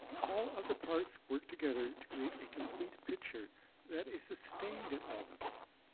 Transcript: all of the parts work together to create a complete picture that is sustained at all levels.